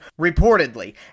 reportedly